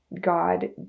God